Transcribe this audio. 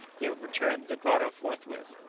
they would return to the grotto forthwith.